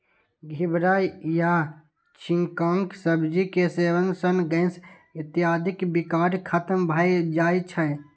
घिवरा या झींगाक सब्जी के सेवन सं गैस इत्यादिक विकार खत्म भए जाए छै